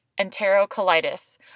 enterocolitis